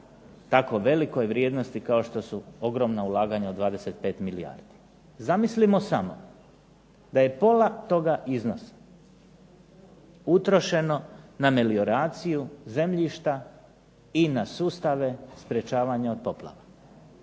tako velikoj vrijednosti kao što su ogromna ulaganja od 25 milijardi. Zamislimo samo da je pola toga iznosa utrošeno na melioraciju zemljišta i na sustave sprječavanja od poplava.